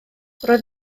roedd